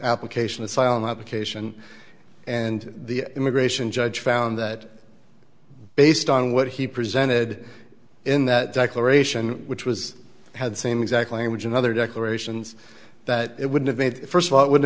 application asylum application and the immigration judge found that based on what he presented in that declaration which was had the same exact language and other declarations that it would have made first of all it would